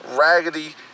raggedy